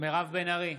מירב בן ארי,